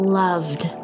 loved